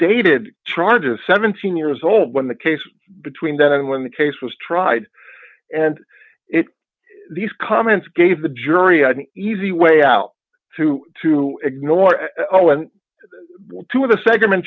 dated charges seventeen years old when the case between that and when the case was tried and it these comments gave the jury an easy way out to to ignore oh and two of the segment